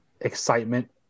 excitement